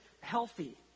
Healthy